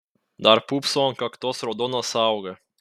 dar pūpso ant kaktos raudona sąauga